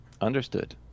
Understood